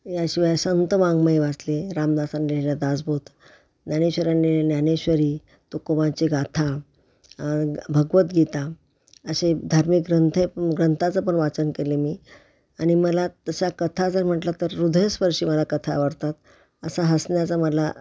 या शिवाय संत वाङ्मय ज्या दासबोध ज्ञानेश्वरांनी ज्ञानेश्वरी तुकोबांची गाथा भगवद्गीता असे धार्मिक ग्रंथय ग्रंथाचं पण वाचन केले मी आणि मला तशा कथा जर म्हटलं तर हृदयस्पर्शी मला कथा आवडतात असा हसण्याचा मला